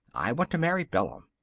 i want to marry bella.